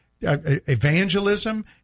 evangelism